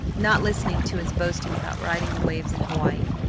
not listening to his boasting about riding the waves in hawaii.